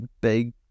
big